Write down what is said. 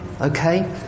Okay